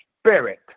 spirit